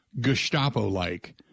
Gestapo-like